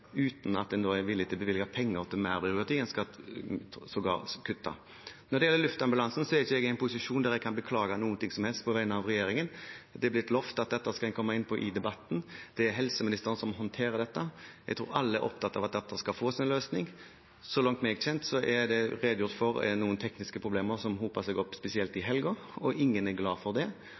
uten at en er villig til å bevilge penger – en skal sågar kutte. Når det gjelder luftambulansen, er ikke jeg i en posisjon der jeg kan beklage noe som helst på vegne av regjeringen. Det er blitt lovet at dette skal en komme inn på i debatten. Det er helseministeren som håndterer dette. Jeg tror alle er opptatt av at det skal få sin løsning. Så langt jeg er kjent med, er det redegjort for noen tekniske problemer som hopet seg opp spesielt i helgen, og ingen er glade for det.